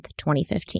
2015